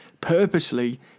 purposely